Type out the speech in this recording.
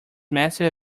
massive